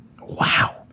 Wow